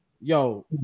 yo